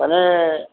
মানে